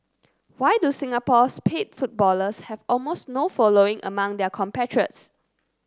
why do Singapore's paid footballers have almost no following among their compatriots